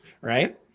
right